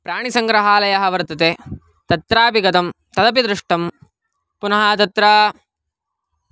प्राणिसङ्ग्रहालयः वर्तते तत्रापि गतं तदपि दृष्टं पुनः तत्र